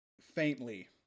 faintly